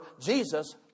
Jesus